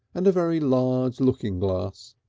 and a very large looking-glass.